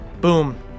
boom